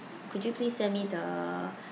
could you please send me the